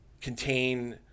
contain